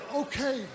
okay